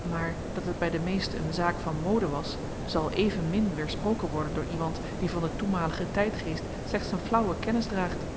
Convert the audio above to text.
maar dat het bij de meesten een zaak van mode was zal evenmin weersproken worden door iemand die van den toenmaligen tijdgeest slechts een flauwe kennis draagt